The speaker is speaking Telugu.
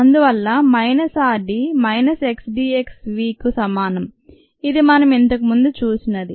అందువల్ల minus r d minus K d x vకు సమానం ఇది మనం ఇంతకు ముందు చూసినది